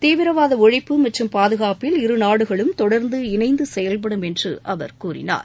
தீவிரவாத ஒழிப்பு மற்றும் பாதுகாப்பில் இரு நாடுகளும் தொடர்ந்து இணைந்து செயவ்படும் என்று கூறினார்